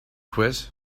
quiz